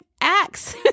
acts